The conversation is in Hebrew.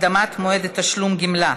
הקדמת מועד תשלום גמלה),